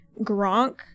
Gronk